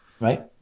Right